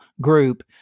group